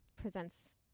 presents